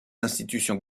institutions